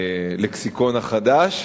הלקסיקון החדש,